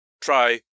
try